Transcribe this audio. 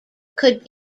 could